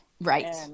right